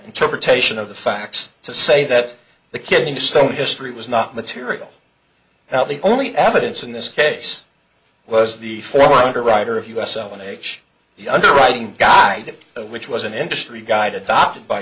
interpretation of the facts to say that the kidney stone history was not material now the only evidence in this case was the former underwriter of us l n h the underwriting guide which was an industry guide adopted by